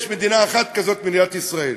יש מדינה אחת כזאת, מדינת ישראל.